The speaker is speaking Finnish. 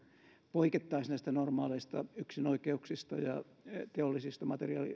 poikettaisiin näistä normaaleista yksinoikeuksista ja teollisista